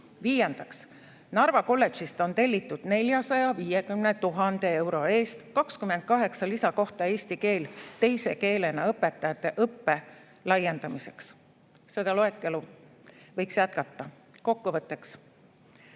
Viiendaks, Narva kolledžist on tellitud 450 000 euro eest 28 lisakohta eesti keele teise keelena õpetajate õppe laiendamiseks. Seda loetelu võiks jätkata. Kokkuvõtteks.